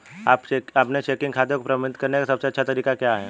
अपने चेकिंग खाते को प्रबंधित करने का सबसे अच्छा तरीका क्या है?